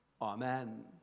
Amen